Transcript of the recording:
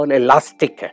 elastic